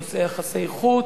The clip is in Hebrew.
בנושאי יחסי חוץ.